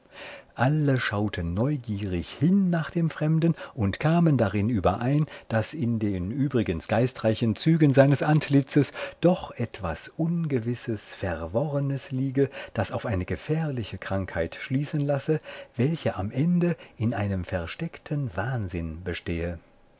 alle schauten neugierig hin nach dem fremden und kamen darin überein daß in den übrigens geistreichen zügen seines antlitzes doch etwas ungewisses verworrenes liege das auf eine gefährliche krankheit schließen lasse welche am ende in einem versteckten wahnsinn bestehe